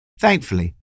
Thankfully